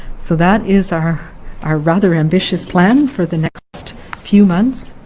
so that is our our rather ambitious plan for the next few months.